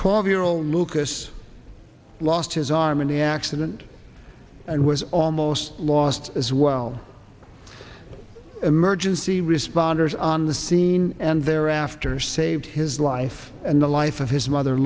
twelve year old lucas lost his arm in the accident and was almost lost as well emergency responders on the scene and thereafter saved his life and the life of his mother